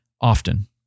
Often